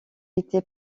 été